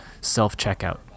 self-checkout